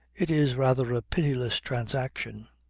it is rather a pitiless transaction.